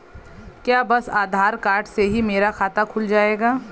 क्या बस आधार कार्ड से ही मेरा खाता खुल जाएगा?